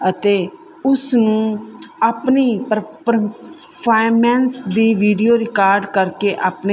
ਅਤੇ ਉਸ ਨੂੰ ਆਪਣੀ ਪਰ ਪਰਫਾਰਮੈਂਸ ਦੀ ਵੀਡੀਓ ਰਿਕਾਰਡ ਕਰਕੇ ਆਪਣੇ